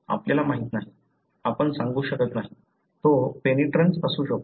आपल्याला माहित नाही आपण सांगू शकत नाही तो पेनिट्रन्स असू शकतो